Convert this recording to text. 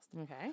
Okay